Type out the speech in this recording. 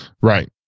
Right